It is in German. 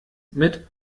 mit